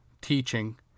teaching